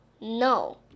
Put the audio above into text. No